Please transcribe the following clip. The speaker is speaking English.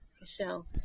Michelle